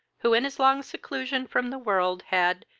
who, in his long seclusion from the world, had,